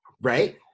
Right